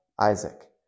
Isaac